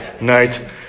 night